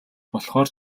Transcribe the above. болохоор